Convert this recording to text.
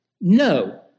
No